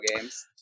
games